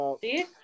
See